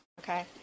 okay